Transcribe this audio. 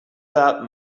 that